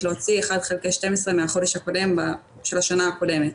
להוציא 1/12 מהחודש הקודם של השנה הקודמת.